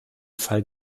fall